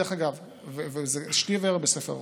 דרך אגב, זה שתי וערב בספר החוקים.